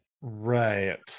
right